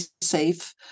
safe